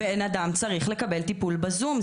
בן אדם צריך לקבל טיפול בזום.